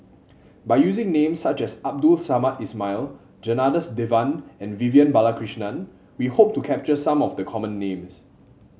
by using names such as Abdul Samad Ismail Janadas Devan and Vivian Balakrishnan we hope to capture some of the common names